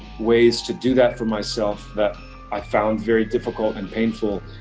ways to do that for myself that i found very difficult and painful,